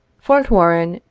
fort warren,